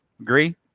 Agree